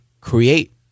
create